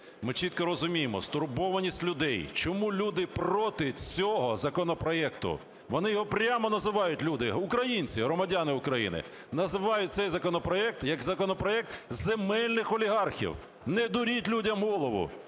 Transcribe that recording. Ми чітко розуміємо стурбованість людей, чому люди проти цього законопроекту. Вони його прямо називають, люди, українці, громадяни України називають цей законопроект як "законопроект земельних олігархів". Не дуріть людям голову.